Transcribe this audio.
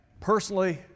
personally